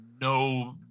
no